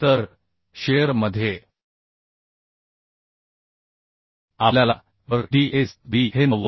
तर शिअर मध्ये आपल्याला V d S b हे 90